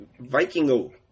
Vikingo